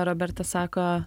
roberta sako